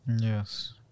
Yes